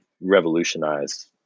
revolutionize